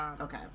okay